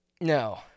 No